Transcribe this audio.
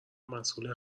مسئول